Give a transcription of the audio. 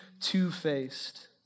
two-faced